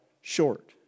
short